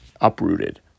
uprooted